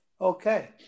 Okay